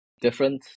different